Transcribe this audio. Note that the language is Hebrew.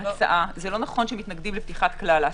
זה לא נכון שמתנגדים לפתיחת כלל העסקים.